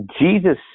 Jesus